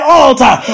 altar